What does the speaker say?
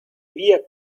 via